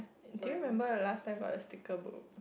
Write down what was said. do you remember the last time got the sticker book